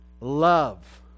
Love